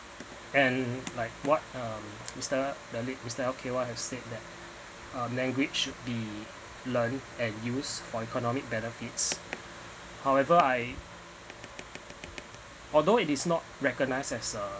and like what uh mister the late L_K_Y has said that uh language should be learned and used for economic benefits however I although it is not recognized as a